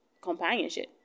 companionship